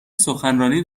سخنرانی